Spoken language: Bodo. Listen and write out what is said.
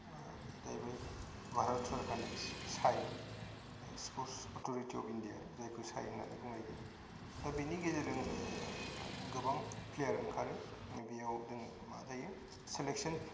बेनो जाहैबाय भारत सरकारनि SAI sports authority of India जायखौ साइ होननानै बुंनाय जायो दा बिनि गेजेरजों गोबां प्लेयार ओंखारो बेयाव जोङो मा जायो सेलेकसन